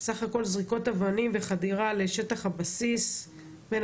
סך הכל זריקות אבנים וחדירה לשטח הבסיס בין